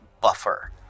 buffer